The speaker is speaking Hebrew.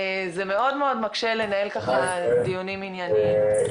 זה מאוד מאוד מקשה לנהל ככה דיונים ענייניים.